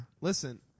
Listen